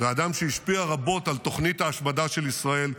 ואדם שהשפיע רבות על תוכנית ההשמדה של ישראל,